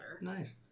Nice